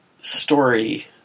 story